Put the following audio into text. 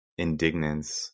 indignance